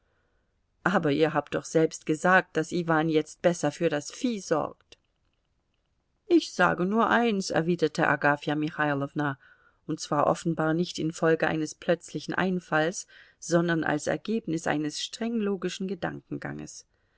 aber ihr habt doch selbst gesagt daß iwan jetzt besser für das vieh sorgt ich sage nur eins erwiderte agafja michailowna und zwar offenbar nicht infolge eines plötzlichen einfalls sondern als ergebnis eines streng logischen gedankenganges